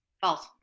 False